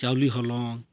ᱪᱟᱣᱞᱮ ᱦᱚᱞᱚᱝ